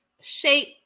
shape